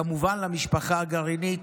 כמובן למשפחה הגרעינית,